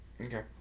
Okay